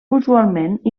usualment